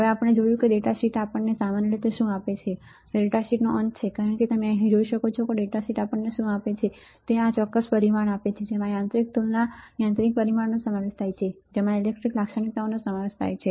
હવે આપણે જોયું છે કે ડેટા શીટ આપણને સામાન્ય રીતે શું આપે છે તે ડેટા શીટનો અંત છે કારણ કે તમે અહીં જોઈ શકો છો કે ડેટા શીટ આપણને શું આપે છે તે આ ચોક્કસ પરિમાણો છે જેમાં યાંત્રિક તુલના યાંત્રિક પરિમાણોનો સમાવેશ થાય છે જેમાં ઇલેક્ટ્રીકલ લાક્ષણિકતાઓનો સમાવેશ થાય છે